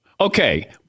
Okay